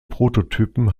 prototypen